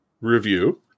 review